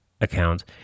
account –